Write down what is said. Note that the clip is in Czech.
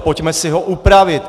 Pojďme si ho upravit.